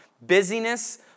Busyness